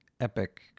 epic